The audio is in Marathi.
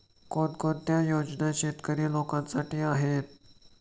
कोणकोणत्या योजना शेतकरी लोकांसाठी आहेत?